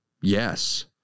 Yes